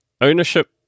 Ownership